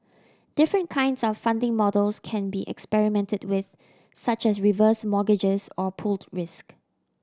different kinds of funding models can be experimented with such as reverse mortgages or pooled risk